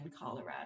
Colorado